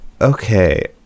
okay